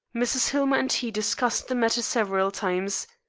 mrs. hillmer and he discussed the matter several times.